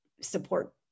support